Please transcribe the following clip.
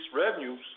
revenues